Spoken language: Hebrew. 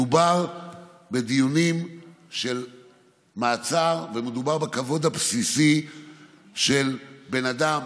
מדובר בדיונים של מעצר ומדובר בכבוד הבסיסי של בן אדם,